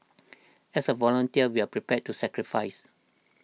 as a volunteer we are prepared to sacrifice